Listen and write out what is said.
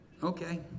Okay